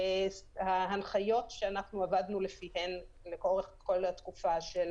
ההנחיות שאנחנו עבדנו לפיהן לאורך כל התקופה של